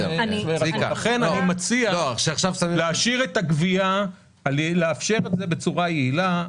לכן אני מציע לאפשר את הגבייה בצורה יעילה.